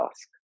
ask